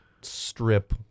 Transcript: strip